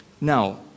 Now